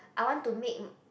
I want to make